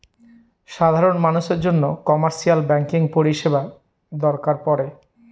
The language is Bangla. সাধারন মানুষের জন্য কমার্শিয়াল ব্যাঙ্কিং পরিষেবা দরকার পরে